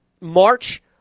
March